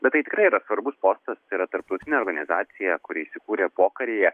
bet tai tikrai yra svarbus postas tai yra tarptautinė organizacija kuri įsikūrė pokaryje